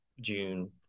June